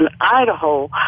Idaho